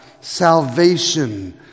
salvation